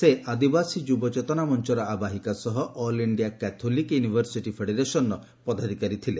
ସେ ଆଦିବାସୀ ଯୁବ ଚେତନ ମଞ୍ଚର ଆବାହିକା ସହ ଅଲ୍ ଇଣ୍ଡିଆ କାଥୋଲିକ୍ ୟୁନିଭରସିଟି ଫେଡେରେସନ୍ର ପଦାଧିକାରୀ ଥିଲେ